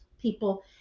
people